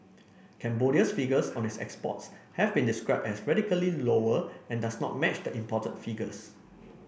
Cambodia's figures on its exports have been described as radically lower and does not match the imported figures